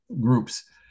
groups